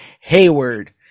Hayward